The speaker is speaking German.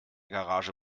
garage